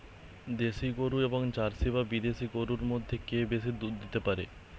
দেশী গরু এবং জার্সি বা বিদেশি গরু মধ্যে কে বেশি দুধ দিতে পারে?